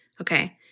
Okay